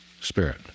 Spirit